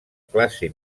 classe